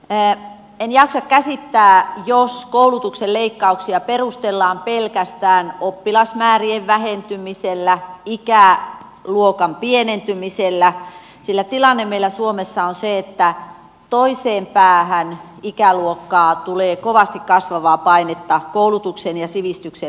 en jaksa käsittää jos koulutuksen leikkauksia perustellaan pelkästään oppilasmäärien vähentymisellä ikäluokan pienentymisellä sillä tilanne meillä suomessa on se että toiseen päähän ikäluokkaa tulee kovasti kasvavaa painetta koulutuksen ja sivistyksen lisäämiseen